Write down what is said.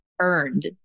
earned